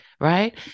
right